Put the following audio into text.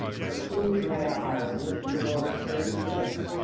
her keen grey eyes looked the world straight in the face,